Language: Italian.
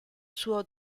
suo